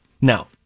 Now